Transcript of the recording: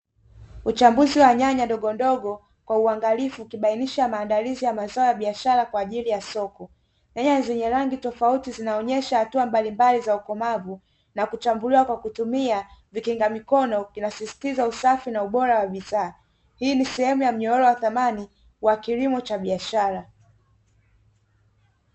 Uchambuzi wa nyanya ndogondogo kwa uangalifu, ukibainisha maandalizi wa zao la biashara kwa ajili ya soko. Nyanya zenye rangi tofauti zinaonyesha hatua mbalimbali za ukomavu, na kuchambuliwa kwa kutumia vikinga mikono vinasisitiza usafi na ubora wa bidhaa. Hii ni sehemu ya mnyororo wa thamani wa kilimo cha biashara.